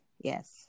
Yes